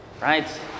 right